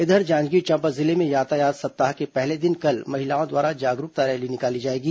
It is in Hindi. इधर जांजगीर चांपा जिले में यातायात सप्ताह के पहले दिन कल महिलाओं द्वारा जागरूकता रैली निकाली जाएगी